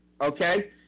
Okay